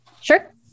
Sure